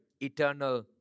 eternal